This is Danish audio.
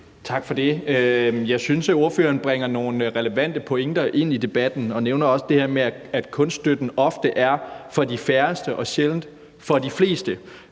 Tak for det. Jeg synes, at ordføreren bringer nogle relevante pointer ind i debatten og nævner også det her med, at kunsten ofte er for de færreste og sjældent for de fleste.